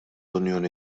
unjoni